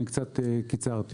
אני קצת קיצרתי.